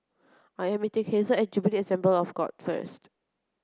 I am meeting Hazelle at Jubilee Assembly of God first